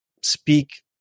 speak